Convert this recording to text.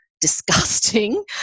disgusting